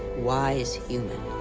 wise human,